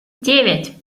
девять